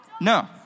No